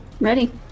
Ready